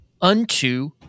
unto